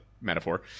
metaphor